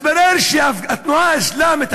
מתברר שהתנועה האסלאמית,